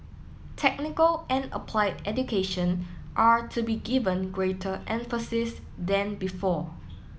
technical and applied education are to be given greater emphasis than before